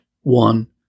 One